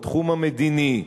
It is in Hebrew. בתחום המדיני,